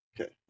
Okay